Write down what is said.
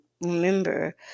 remember